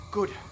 Good